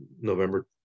November